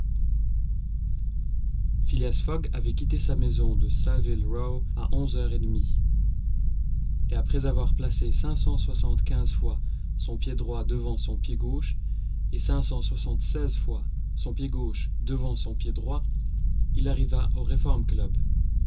fogg avait quitté sa maison de saville row à onze heures et demie et après avoir placé cinq cent soixante-quinze fois son pied droit devant son pied gauche et cinq cent soixante-seize fois son pied gauche devant son pied droit il arriva au